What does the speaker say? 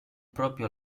proprio